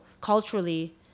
culturally